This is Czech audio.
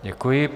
Děkuji.